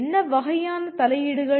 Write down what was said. என்ன வகையான தலையீடுகள்